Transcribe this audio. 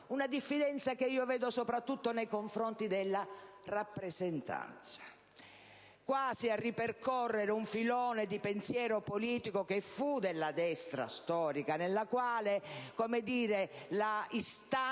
Una diffidenza che vedo soprattutto nei confronti della rappresentanza, quasi a ripercorrere un filone di pensiero politico che fu della Destra storica, nella quale l'istanza